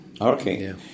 Okay